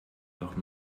doch